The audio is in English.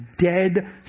dead